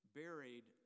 buried